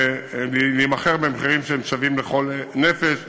יימכרו במחירים ששווים לכל נפש,